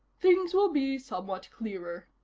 things will be somewhat clearer.